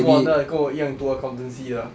accountant 跟我一样读 accountancy 的